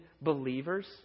believers